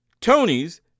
Tony's